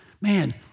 Man